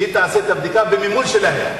והיא תעשה את הבדיקה במימון שלהם.